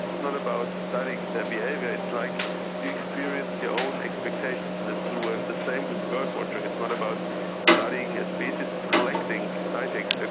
it's not about studying their behaviour, it's like you experience your own expectations in the zoo, and the same with birdwatching, it's not about studying a species, it's collecting sightings, and